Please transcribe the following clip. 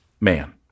man